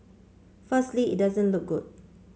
firstly it doesn't look good